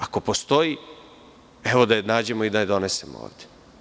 Ako postoji, evo, da je nađemo i da je donesemo ovde.